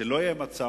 שלא יהיה מצב